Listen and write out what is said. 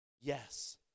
yes